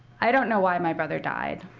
i don't know why my brother died.